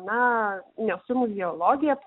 na nesu muziologė